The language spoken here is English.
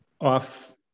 off